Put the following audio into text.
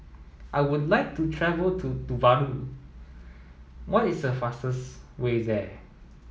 I would like to travel to Tuvalu what is the fastest way there